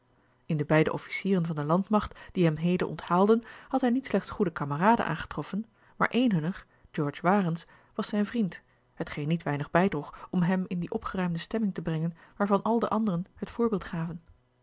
in de beide officieren van de landmacht die hem heden onthaalden had hij niet slechts goede kameraden aangetroffen maar een hunner george warens was zijn vriend a l g bosboom-toussaint langs een omweg hetgeen niet weinig bijdroeg om hem in die opgeruimde stemming te brengen waarvan al de anderen het voorbeeld gaven